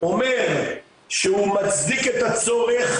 אומר שהוא מצדיק את הצורך,